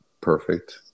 perfect